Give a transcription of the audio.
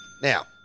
Now